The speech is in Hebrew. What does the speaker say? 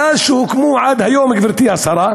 מאז הוקמו ועד היום, גברתי השרה,